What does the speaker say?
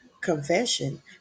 confession